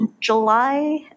July